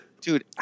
Dude